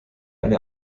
eine